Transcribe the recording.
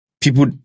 people